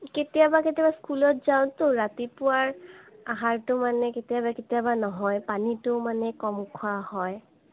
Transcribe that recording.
কেতিয়াবা কেতিয়াবা স্কুলত যাওঁতো ৰাতিপুৱাৰ আহাৰটো মানে কেতিয়াবা কেতিয়াবা নহয় পানীটো মানে কম খোৱা হয়